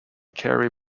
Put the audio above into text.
carey